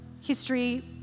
history